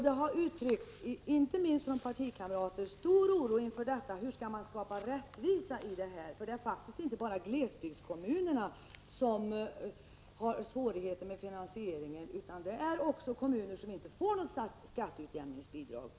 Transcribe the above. Det har, inte minst från partikamrater, uttryckts stor oro inför hur man kan skapa rättvisa. Det är ju faktiskt inte bara glesbygdskommunerna som har svårigheter med finansieringen, utan det gäller också kommuner som inte får något skatteutjämningsbidrag.